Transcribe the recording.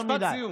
משפט סיום.